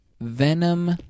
Venom